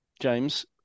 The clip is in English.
James